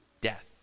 death